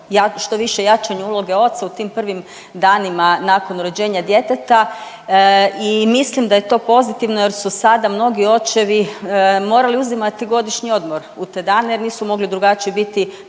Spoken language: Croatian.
što više jačanju uloge oca u tim prvim danima nakon rođenja djeteta i mislim da je to pozitivno jer su sada mnogi očevi morali uzimati godišnji odmor u te dane jer nisu mogli drugačije biti,